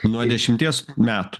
nuo dešimties metų